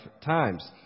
times